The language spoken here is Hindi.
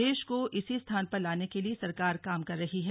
देश को इसी स्थान पर लाने के लिए सरकार काम कर रही है